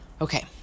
Okay